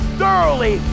thoroughly